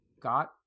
got